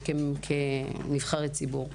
כנבחרי ציבור.